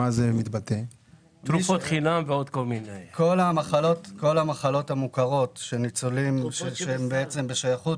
את כל המחלות המוכרות שהן בשייכות